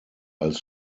als